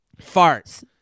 Farts